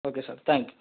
okay sir thank you